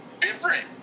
different